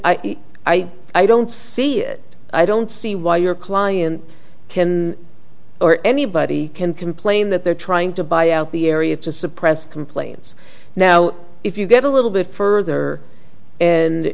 i i don't see it i don't see why your client can or anybody can complain that they're trying to buy out the area to suppress complaints now if you get a little bit further